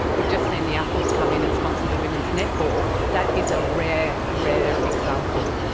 we've just seen the apples come in and sponsor the women's netball. that is a rare, rare example.